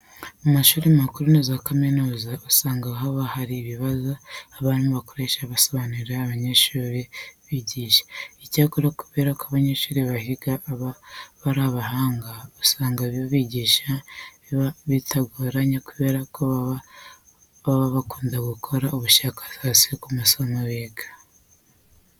Mu mashuri makuru na za kaminuza usanga haba hari ibibaho abarimu bakoresha basobanurira abanyeshuri bigisha. Icyakora kubera ko abanyeshuri bahiga baba ari abahanga, usanga kubigisha biba bitagoranye kubera ko baba bakunda gukora ubushakashatsi ku masomo biga.